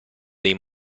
dei